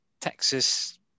Texas